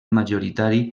majoritari